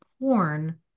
porn